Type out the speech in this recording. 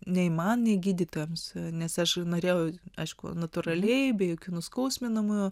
nei man nei gydytojams nes aš norėjau aišku natūraliai be jokių nuskausminamųjų